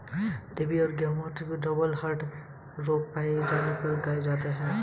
rabies, गलघोंटू रोग, black quarter, brucellosis आदि रोग गायों में पाया जाता है